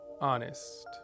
honest